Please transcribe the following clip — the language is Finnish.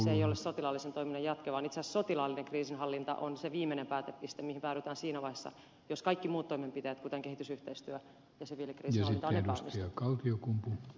se ei ole sotilaallisen toiminnan jatke vaan itse asiassa sotilaallinen kriisinhallinta on se viimeinen päätepiste mihin päädytään siinä vaiheessa jos kaikki muut toimenpiteet kuten kehitysyhteistyö ja siviilikriisinhallinta ovat epäonnistuneet